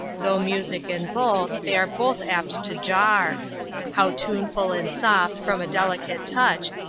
though music in both, they are both apt to jar how tuneful and soft from a delicate touch,